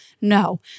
No